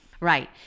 Right